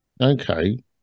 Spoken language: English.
Okay